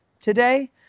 today